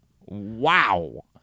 Wow